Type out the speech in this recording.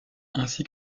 ainsi